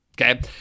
Okay